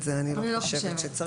אני לא חושבת שצריך.